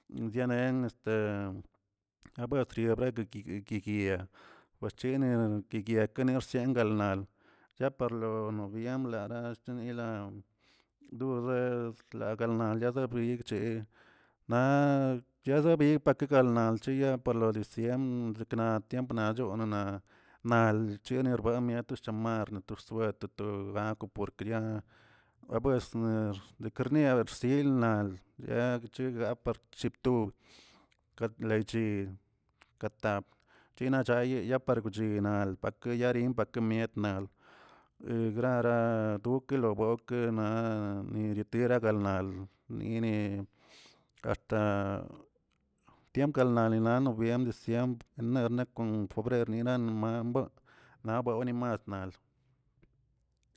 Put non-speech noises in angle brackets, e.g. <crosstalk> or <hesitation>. Dianen este buedria brekeki- kiguia bchenel guiguia guenerchengal, chaparlo tiemblana estenila doxezlagalna gazie cheguebrichcheꞌ naꞌ yazebig pake galna chiya parlo dicembr sekna tiempna chonna nal chererbuen to shamar na to rsuetr lako porkria labuesnex dekerniers guilnald yegchegak par cheptub katꞌ le chil katap chinachayi yapar guchina pakeyarin pakemietnal <hesitation> grara tukeloboke naꞌ nieritira galnald nine, axta tiemp galdani nal noviembr diciembr inerne na kon febrerni no bamboo naꞌ bewꞌnimas nal.